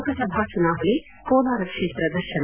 ಲೋಕಸಭಾ ಚುನಾವಣೆ ಕೋಲಾರ ಕ್ಷೇತ್ರ ದರ್ಶನ